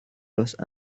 los